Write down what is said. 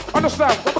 Understand